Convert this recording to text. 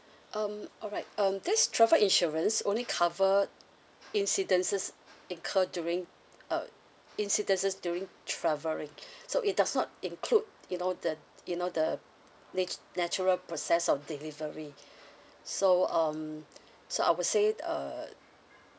um alright um this travel insurance only cover incidences occur during uh incidences during travelling so it does not include you know the you know the nat~ natural process of delivery so um so I would say uh